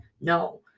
No